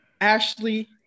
Ashley